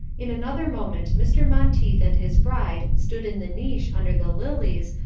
in another moment mr. monteith and his bride stood in the niche under the lilies,